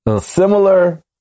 similar